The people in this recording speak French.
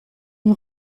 une